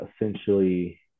essentially